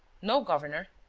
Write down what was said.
no, governor.